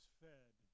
fed